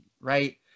right